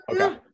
Okay